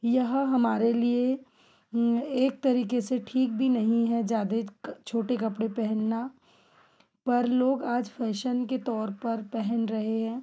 यह हमारे लिए एक तरीके से ठीक भी नहीं है ज़्यादे छोटे कपड़े पहनना पर लोग आज फैशन के तौर पर पहन रहे हैं